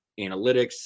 analytics